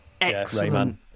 Excellent